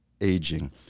aging